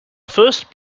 first